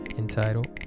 entitled